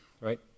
right